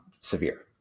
severe